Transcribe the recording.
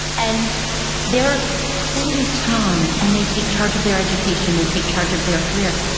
and they're totally strong, and they take charge of their education, they take charge of their career.